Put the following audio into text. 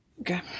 Okay